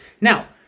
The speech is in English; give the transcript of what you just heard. Now